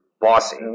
bossy